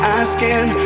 asking